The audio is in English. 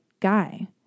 guy